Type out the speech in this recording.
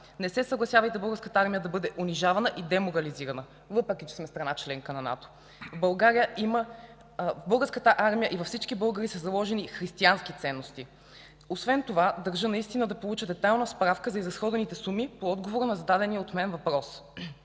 Българската армия да бъде унижавана и демобилизирана, въпреки че сме страна – членка на НАТО. Българската армия има и във всички българи са заложени християнски ценности. Освен това държа наистина да получа детайлна справка за изразходваните суми в отговор на зададения от мен въпрос.